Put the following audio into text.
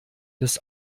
des